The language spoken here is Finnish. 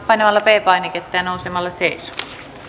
painamalla p painiketta ja nousemalla seisomaan